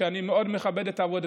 לא מתאים.